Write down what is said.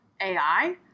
AI